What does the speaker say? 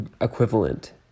equivalent